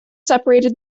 separated